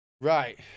Right